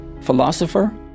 philosopher